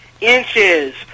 inches